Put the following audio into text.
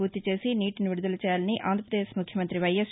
పూర్తి చేసి నీటిని విడుదల చేయాలని ఆంధ్రప్రదేశ్ ముఖ్యమంత్రి వైఎస్